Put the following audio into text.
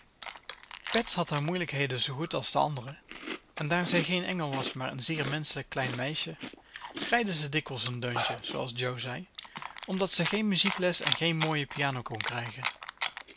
bets had haar moeilijkheden zoo goed als de anderen en daar zij geen engel was maar een zeer menschelijk klein meisje schreide ze dikwijls een deuntje zooals jo zei omdat ze geen muziekles en geen mooie piano kon krijgen